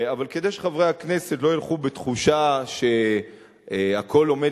אבל כדי שחברי הכנסת לא ילכו בתחושה שהכול עומד